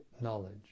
knowledge